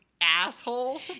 asshole